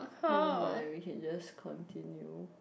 never mind we can just continue